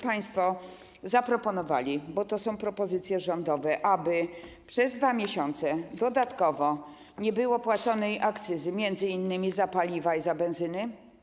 Państwo zaproponowali - bo to są propozycje rządowe - aby przez 2 miesiące dodatkowo nie była płacona akcyza m.in. za paliwo i benzynę.